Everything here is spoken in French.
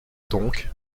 donc